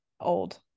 old